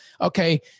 okay